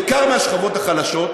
בעיקר מהשכבות החלשות.